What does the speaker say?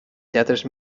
teatres